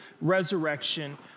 resurrection